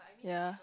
yea